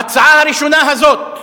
ההצעה הראשונה הזאת,